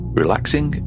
relaxing